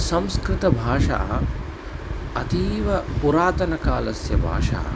संस्कृतभाषा अतीव पुरातनकालस्य भाषा